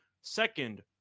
second